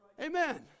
Amen